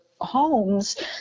homes